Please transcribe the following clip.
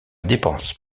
dépense